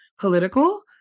political